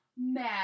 mad